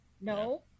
no